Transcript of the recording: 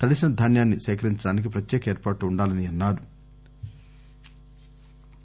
తడిసిన ధాన్యాన్ని సేకరించడానికి ప్రత్యేక ఏర్పాట్లు ఉండాలని అన్సారు